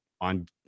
on